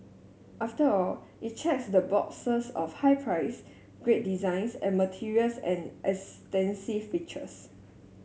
after all it checks the boxes of high price great designs and materials and extensive features